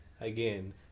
again